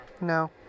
No